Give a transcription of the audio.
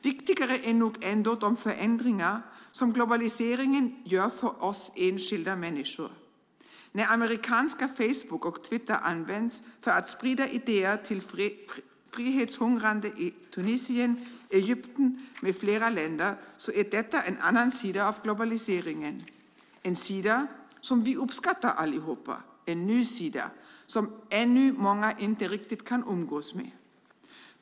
Viktigare är nog ändå de förändringar som globaliseringen medför för oss enskilda människor. När amerikanska Facebook och Twitter används för att sprida idéer till frihetshungrande i Tunisien, Egypten med flera länder är det en annan sida av globaliseringen. Det är en sida, som vi alla uppskattar, en ny sida som många inte riktigt kan umgås med.